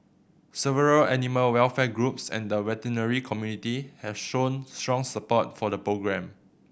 several animal welfare groups and the veterinary community have shown strong support for the programme